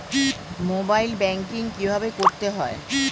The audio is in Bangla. মোবাইল ব্যাঙ্কিং কীভাবে করতে হয়?